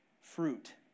fruit